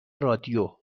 رادیو